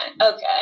okay